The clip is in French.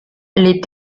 les